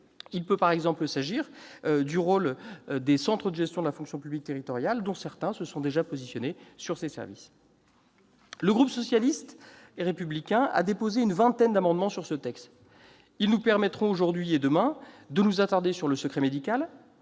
confié, par exemple, aux centres de gestion de la fonction publique territoriale, dont certains se sont déjà positionnés sur ces services. Le groupe socialiste et républicain a déposé une vingtaine d'amendements sur ce texte. Leur examen nous permettra, aujourd'hui et demain, de nous attarder sur le secret médical,